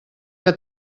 que